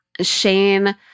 Shane